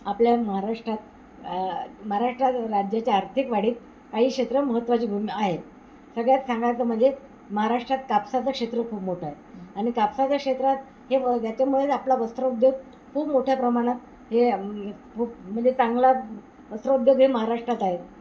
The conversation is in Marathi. आपल्या महाराष्ट्रात मराठा राज्याच्या आर्थिक वाढीत काही क्षेत्र महत्त्वाची भूमी आहेत सगळ्यात सांगायचं म्हणजे महाराष्ट्रात कापसाचं क्षेत्र खूप मोठं आहे आणि कापसाच्या क्षेत्रात हे त्याच्यामुळेच आपला वस्त्र उद्योग खूप मोठ्या प्रमाणात हे खूप म्हणजे चांगला वस्त्र उद्योग हे महाराष्ट्रात आहेत